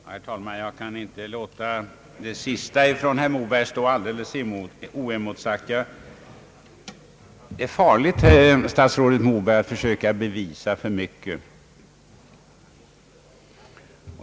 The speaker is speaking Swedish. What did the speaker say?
Herr talman! Jag kan inte låta herr Mobergs sista yttrande stå alldeles oemotsagt. Det är farligt, statsrådet Moberg, att försöka bevisa för mycket.